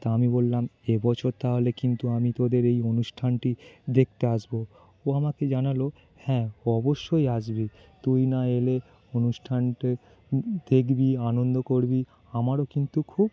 তা আমি বললাম এ বছর তাহলে কিন্তু আমি তোদের এই অনুষ্ঠানটি দেখতে আসব ও আমাকে জানাল হ্যাঁ অবশ্যই আসবি তুই না এলে অনুষ্ঠানটি দেখবি আনন্দ করবি আমারও কিন্তু খুব